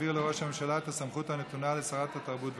להעביר לראש הממשלה את הסמכות הנתונה לשרת התרבות והספורט.